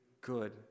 good